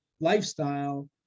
lifestyle